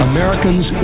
Americans